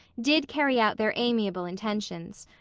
did carry out their amiable intentions.